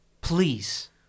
Please